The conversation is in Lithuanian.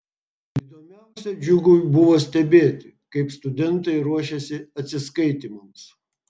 įdomiausia džiugui buvo stebėti kaip studentai ruošiasi atsiskaitymams